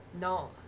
No